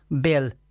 bill